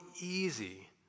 easy